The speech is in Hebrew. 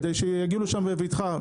כדי שיגיעו לשם בבטחה,